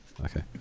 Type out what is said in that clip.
okay